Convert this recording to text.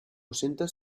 centes